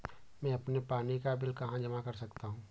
मैं अपने पानी का बिल कहाँ जमा कर सकता हूँ?